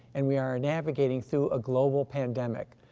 and we are navigating through a global pandemic.